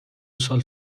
سال